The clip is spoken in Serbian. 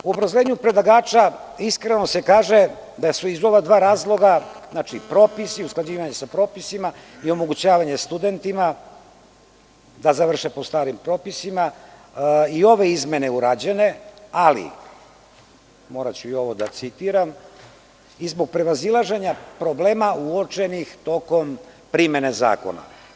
U obrazloženju predlagača iskreno se kaže da su iz ova dva razloga, znači propisi, usklađivanje sa propisima i omogućavanje studentima da završe po starim propisima, ove izmene urađene, moraću i ovo da citiram, i zbog prevazilaženja problema uočenih tokom primene zakona.